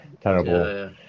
terrible